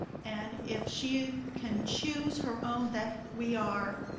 and if she can choose her own, that we are